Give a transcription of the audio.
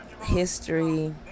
history